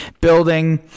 building